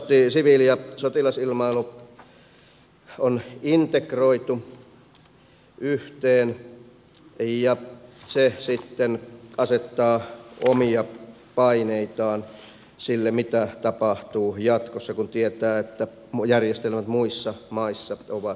suomessahan siviili ja sotilasilmailu on integroitu yhteen ja se sitten asettaa omia paineitaan sille mitä tapahtuu jatkossa kun tietää että järjestelmät muissa maissa ovat erilaisia